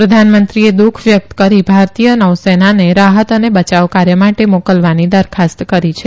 પ્રધાનમંત્રીએ દુઃખ વ્યકત કરી ભારતીય નૌસેનાને રાહત અને બચાવ કાર્ય માટે મોકલવાની દરખાસ્ત કરી છે